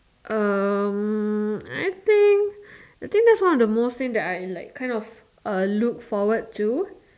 um I think I think thats one of the most thing that I kind of look forward to